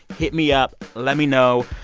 hit me up. let me know.